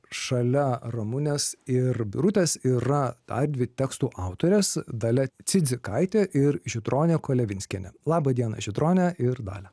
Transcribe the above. šalia ramunės ir birutės yra dar dvi tekstų autorės dalia cidzikaitė ir žydronė kolevinskienė laba diena žydrone ir dalia